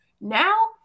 now